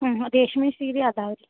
ಹ್ಞೂ ರೇಷ್ಮೆ ಸೀರೆ ಅದಾವೆ ರೀ